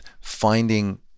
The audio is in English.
finding